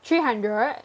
three hundred